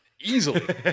Easily